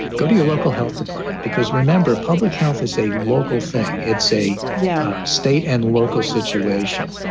go to your local health department. because remember, public health is a local thing. it's a yeah state and local situation